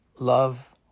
Love